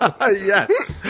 Yes